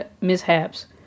mishaps